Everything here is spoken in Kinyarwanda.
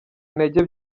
intege